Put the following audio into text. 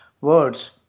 words